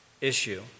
issue